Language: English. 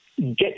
get